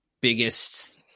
biggest